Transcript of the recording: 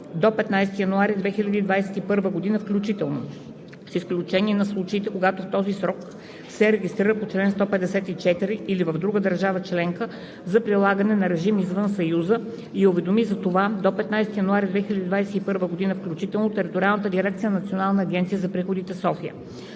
до 15 януари 2021 г. включително, с изключение на случаите когато в този срок се регистрира по чл. 154 или в друга държава членка за прилагане на режим извън Съюза и уведоми за това до 15 януари 2021 г. включително, териториалната